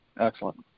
Excellent